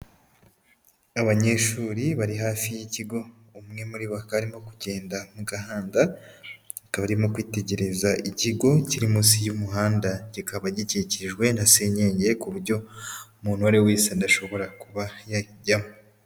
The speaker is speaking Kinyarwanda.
Abanyeshuri bari hafi y'ikigo umwe muri bo bari arimo kugenda mu gahanda, akaba arimo kwitegereza ikigo kiri munsi y'umuhanda kikaba gikikijwe na siyenge ku buryo umuntu uwo ari we wese adashobora kuba yakiyajyamo.